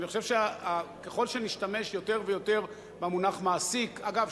אני חושב שככל שנשתמש יותר ויותר במונח "מעסיק" אגב,